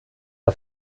der